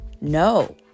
No